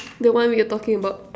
the one we're talking about